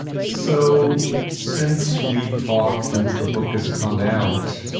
so since we've talked, since the book has come out.